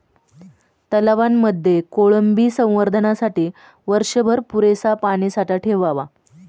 तलावांमध्ये कोळंबी संवर्धनासाठी वर्षभर पुरेसा पाणीसाठा ठेवावा